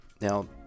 Now